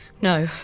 No